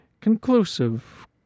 conclusive